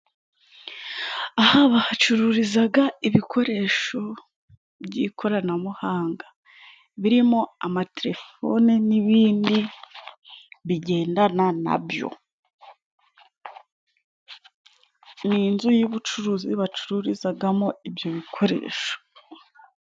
Aha bahacururiza ibikoresho by'ikoranabuhanga. Birimo amaterefoni n'ibindi bigendana na byo. Ni inzu y'ubuuruzi bacururizamo ibyo bikoresho.